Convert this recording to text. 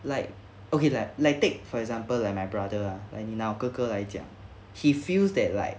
like okay lah like take for example like my brother ah like 拿我哥哥来讲 he feels that like